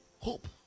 hope